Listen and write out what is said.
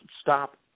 stop